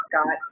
Scott